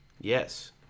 Yes